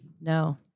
No